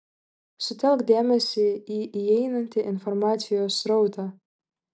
sutelk dėmesį į įeinantį informacijos srautą